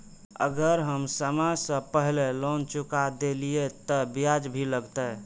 अगर हम समय से पहले लोन चुका देलीय ते ब्याज भी लगते?